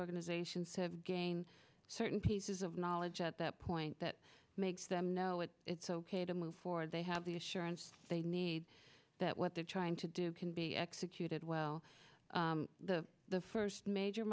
organizations have gained certain pieces of knowledge at that point that makes them know it it's ok to move forward they have the assurance they need that what they're trying to do can be executed well the the first major